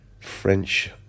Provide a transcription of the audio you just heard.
French